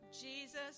Jesus